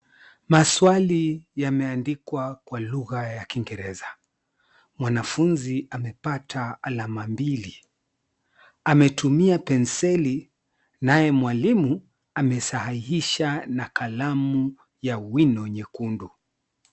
Maswali yameandikwa kwa lugha ya kiingereza. Mwanafunzi amepata alama mbili, ametumia penseli, naye mwalimu amesahihisha na kalamu ya wino nyekundu.